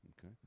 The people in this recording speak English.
Okay